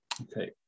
Okay